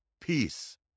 Peace